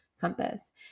compass